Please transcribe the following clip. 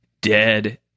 dead